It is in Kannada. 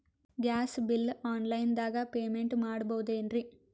ಗ್ಯಾಸ್ ಬಿಲ್ ಆನ್ ಲೈನ್ ದಾಗ ಪೇಮೆಂಟ ಮಾಡಬೋದೇನ್ರಿ?